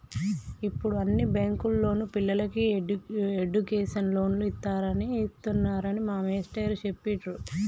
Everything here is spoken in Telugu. యిప్పుడు అన్ని బ్యేంకుల్లోనూ పిల్లలకి ఎడ్డుకేషన్ లోన్లు ఇత్తన్నారని మా మేష్టారు జెప్పిర్రు